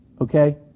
okay